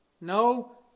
no